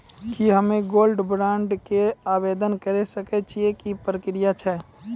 की हम्मय gold bond के आवदेन करे सकय छियै, की प्रक्रिया छै?